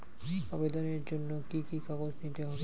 আবেদনের জন্য কি কি কাগজ নিতে হবে?